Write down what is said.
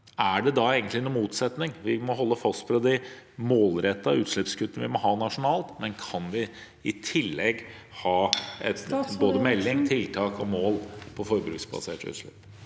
Er det da egentlig noen motsetning? Vi må holde fast ved de målrettede utslippskuttene vi må ha nasjonalt, men kan vi i tillegg ha både melding, tiltak og mål på forbruksbaserte utslipp?